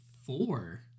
Four